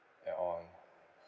add on